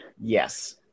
Yes